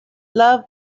love